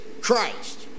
Christ